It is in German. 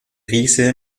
riese